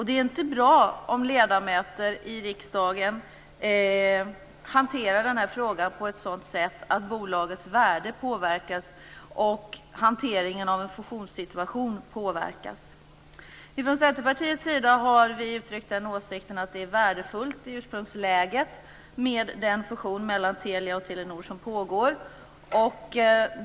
Det är inte bra om ledamöter i riksdagen hanterar frågan på ett sådant sätt att bolagets värde påverkas och hanteringen av en fusionssituation påverkas. Vi från Centerpartiets sida har uttryckt åsikten att det är värdefullt i ursprungsläget med den fusion mellan Telia och Telenor som pågår.